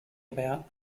about